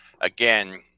Again